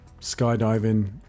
skydiving